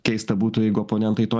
keista būtų jeigu oponentai to